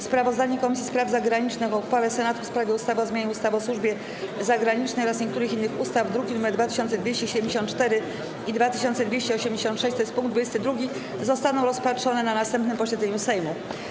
Sprawozdanie Komisji Spraw Zagranicznych o uchwale Senatu w sprawie ustawy o zmianie ustawy o służbie zagranicznej oraz niektórych innych ustaw, druki nr 2274 i 2286, tj. punkt 22., zostaną rozpatrzone na następnym posiedzeniu Sejmu.